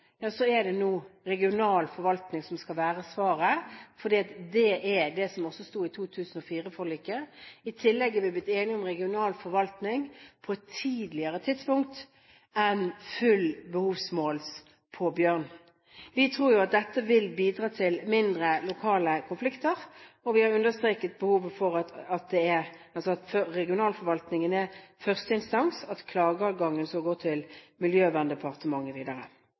er det nå regional forvaltning som skal være svaret, for det er det som sto i 2004-forliket. I tillegg er vi blitt enige om regional forvaltning på et tidligere tidspunkt enn ved fullt bestandsmål på bjørn. Vi tror at dette vil bidra til mindre lokale konflikter, og vi har understreket at regionalforvaltningen er første instans, og at klageadgangen skal gå videre til Miljøverndepartementet.